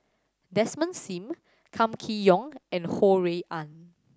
Desmond Sim Kam Kee Yong and Ho Rui An